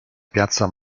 piazza